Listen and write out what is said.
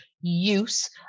use